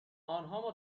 نها